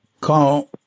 call –